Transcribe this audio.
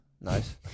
Nice